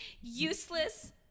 Useless